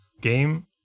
game